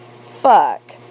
fuck